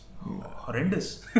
horrendous